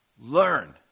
learn